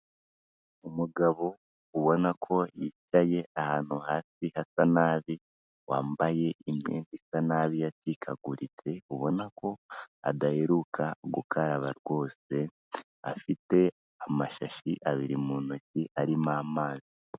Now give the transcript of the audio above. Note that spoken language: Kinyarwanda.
Umugabo ubona ko yicaye ahantu hasi hasa nabi, wambaye imyenda isa nabi yacikaguritse, ubona ko adaheruka gukaraba rwose, afite amashashi abiri mu ntoki arimo amazi.